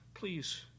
Please